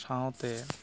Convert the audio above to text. ᱥᱟᱶᱛᱮ